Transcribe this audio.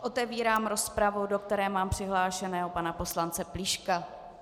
Otevírám rozpravu, do kterého mám přihlášeného pana Poslance Plíška.